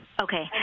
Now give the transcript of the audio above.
Okay